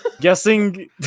guessing